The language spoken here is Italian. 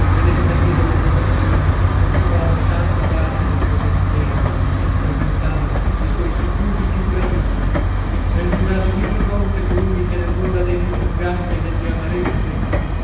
e le litanie delle rogazioni occupavano tanta parte de suoi pensieri rappresentavano i sventurato mille volte colui che nell'ora dei disinganni e delle amarezze